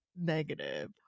negative